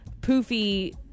poofy